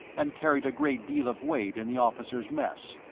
and carried a great deal of weight in the officer's mess.